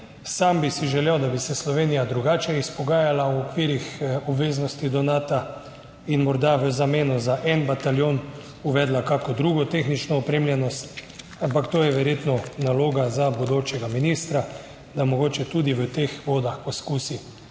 Sam bi si želel, da bi se Slovenija drugače izpogajala v okvirih obveznosti do Nata in morda v zameno za en bataljon uvedla kako drugo tehnično opremljenost, ampak to je verjetno naloga za bodočega ministra, da mogoče tudi v teh vodah poskusi